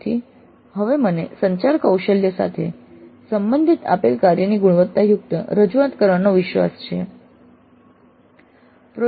તેથી હવે મને સંચાર કૌશલ્ય સાથે સંબંધિત આપેલ કાર્યની ગુણવત્તાયુક્ત રજૂઆત કરવાનો વિશ્વાસ છે